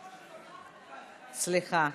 נוכחת,